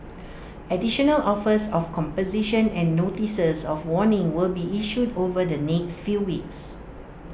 additional offers of composition and notices of warning will be issued over the next few weeks